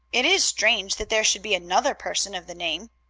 it is strange that there should be another person of the name.